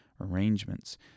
arrangements